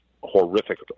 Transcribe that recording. horrific